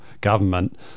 government